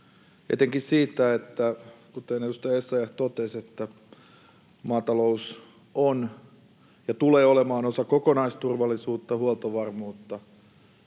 etenkin kun — kuten edustaja Essayah totesi — maatalous on ja tulee olemaan osa kokonaisturvallisuutta, huoltovarmuutta,